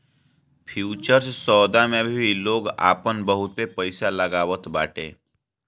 futures सौदा मे भी लोग आपन बहुते पईसा लगावत बाटे